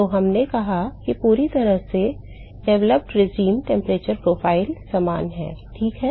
तो हमने कहा कि पूरी तरह से विकसित शासन तापमान प्रोफ़ाइल समान है ठीक है